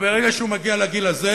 וברגע שהוא מגיע לגיל הזה,